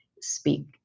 Speak